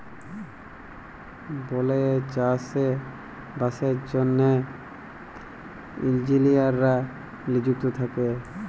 বলেযে চাষে বাসের জ্যনহে ইলজিলিয়াররা লিযুক্ত থ্যাকে